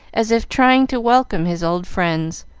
as if trying to welcome his old friends,